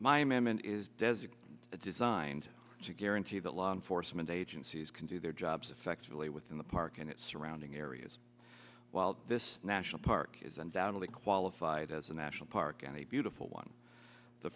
designee designed to guarantee that law enforcement agencies can do their jobs effectively within the park and its surrounding areas while this national park is undoubtedly qualified as a national park and a beautiful one the